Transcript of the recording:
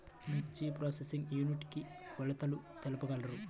మిర్చి processing unit కి కొలతలు తెలుపగలరు?